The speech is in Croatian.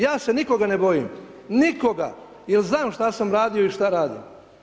Ja se nikoga ne bojim, nikoga jer znam što sam radio i što radim.